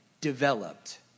developed